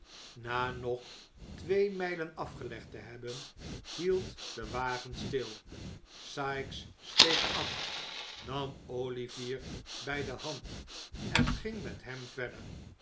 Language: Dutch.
na nog twee mijlen afgelegd te hebben hield de wagen stil sikes steeg af nam olivier bij de hand en ging met hem verder